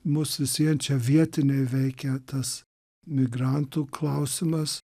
mus vis vien čia vietiniai veikia tas migrantų klausimas